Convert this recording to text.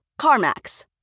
CarMax